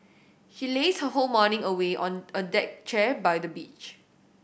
she lazed whole morning away on a deck chair by the beach